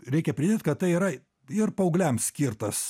reikia pridėt kad tai yra ir paaugliam skirtas